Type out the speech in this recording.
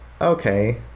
okay